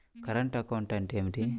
Current account అంటే ఏమిటి?